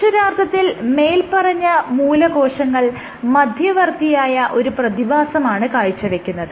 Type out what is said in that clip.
അക്ഷരാർത്ഥത്തിൽ മേല്പറഞ്ഞ മൂലകോശങ്ങൾ മധ്യവർത്തിയായ ഒരു പ്രതിഭാസമാണ് കാഴ്ചവെക്കുന്നത്